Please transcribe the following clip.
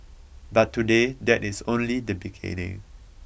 but today that is only the beginning